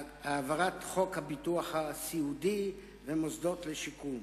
בהעברת חוק הביטוח הסיעודי, מוסדות לשיקום.